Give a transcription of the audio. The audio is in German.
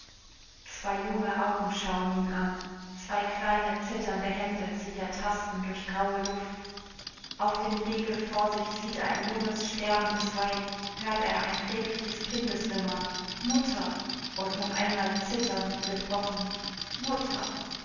zwei junge augen schauen ihn an zwei kleine zitternde hände sieht er tasten durch graue luft auf dem wege vor sich sieht er ein junges sterbendes weib hört er ein klägliches kindeswimmern mutter und noch einmal zitternd gebrochen mutter